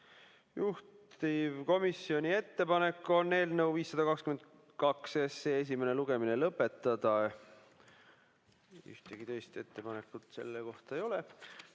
Juhtivkomisjoni ettepanek on eelnõu 522 esimene lugemine lõpetada. Ühtegi teist ettepanekut selle kohta ei ole.